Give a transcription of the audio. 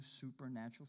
supernatural